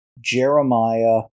Jeremiah